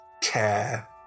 care